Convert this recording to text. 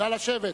נא לשבת.